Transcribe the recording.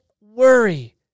worry